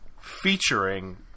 featuring